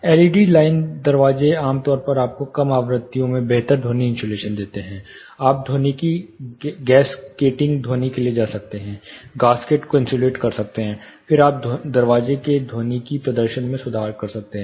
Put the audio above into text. LED line दरवाजे आम तौर पर आपको कम आवृत्तियों में बेहतर ध्वनि इन्सुलेशन देते हैं आप ध्वनिकी गैसकेटिंग ध्वनि के लिए जा सकते हैं गास्केट को इन्सुलेट कर सकते हैं फिर आप दरवाजे के ध्वनिकी प्रदर्शन में सुधार कर सकते हैं